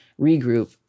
regroup